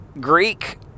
Greek